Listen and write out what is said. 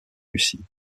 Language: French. lucie